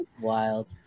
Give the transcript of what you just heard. wild